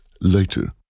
later